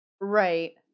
Right